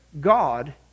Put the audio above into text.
God